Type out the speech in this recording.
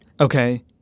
Okay